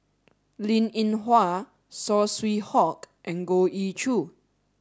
Linn In Hua Saw Swee Hock and Goh Ee Choo